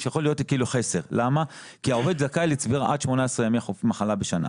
יכול להיות חסר כי העובד זכאי לצבירה עד 18 ימי מחלה בשנה.